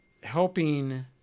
helping